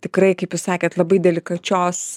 tikrai kaip jūs sakėt labai delikačios